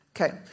Okay